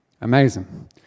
Amazing